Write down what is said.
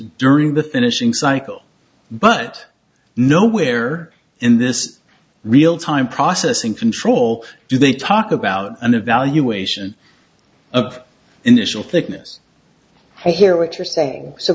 during the finishing cycle but nowhere in this real time processing control do they talk about an evaluation of initial thickness i hear what you're saying so